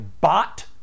Bot